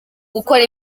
gukora